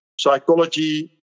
psychology